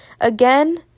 Again